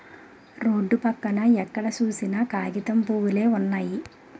road పక్కన ఎక్కడ సూసినా కాగితం పూవులే వున్నయి